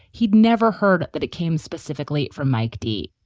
he'd never heard that it came specifically from mike d.